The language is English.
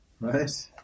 Right